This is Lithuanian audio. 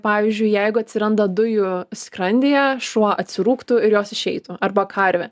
pavyzdžiui jeigu atsiranda dujų skrandyje šuo atsirūgtų ir jos išeitų arba karvė